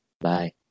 bye